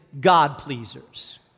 God-pleasers